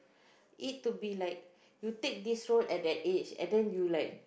it to be like you take this role at that age and then you will like